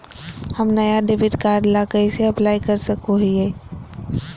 हम नया debit card ला कइसे अप्लाई कर सको हियै?